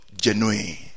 Genuine